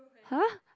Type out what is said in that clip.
!huh!